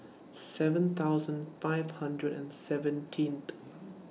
seven thousand five hundred and seventeenth